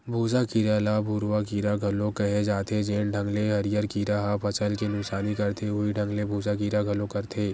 भूँसा कीरा ल भूरूवा कीरा घलो केहे जाथे, जेन ढंग ले हरियर कीरा ह फसल के नुकसानी करथे उहीं ढंग ले भूँसा कीरा घलो करथे